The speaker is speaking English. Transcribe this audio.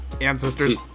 Ancestors